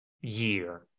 year